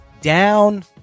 down